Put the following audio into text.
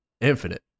Infinite